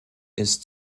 ist